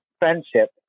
friendship